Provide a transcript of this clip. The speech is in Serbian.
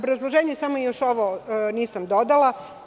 Samo još ovo nisam dodala.